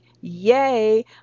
Yay